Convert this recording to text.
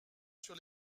sur